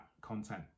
content